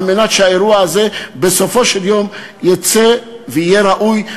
על מנת שהאירוע הזה בסופו של יום יצא ויהיה ראוי,